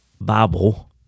Bible